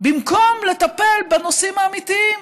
במקום לטפל בנושאים האמיתיים: